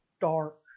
dark